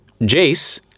Jace